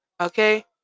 Okay